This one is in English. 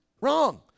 Wrong